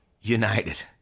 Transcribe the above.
United